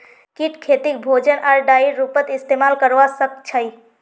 कीट खेतीक भोजन आर डाईर रूपत इस्तेमाल करवा सक्छई